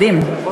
מדהים.